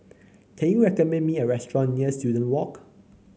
can you recommend me a restaurant near Student Walk